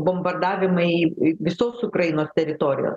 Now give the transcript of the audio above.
bombardavimai visos ukrainos teritorijo